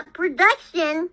production